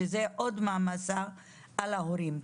שזה עוד מעמסה על ההורים.